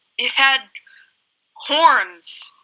it had horns!